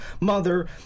mother